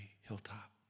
hilltop